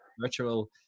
virtual